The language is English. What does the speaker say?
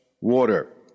water